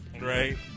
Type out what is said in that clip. right